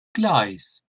gleis